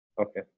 Okay